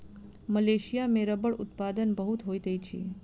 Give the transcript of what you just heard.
Malaysia में रबड़ उत्पादन बहुत होइत अछि